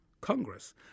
Congress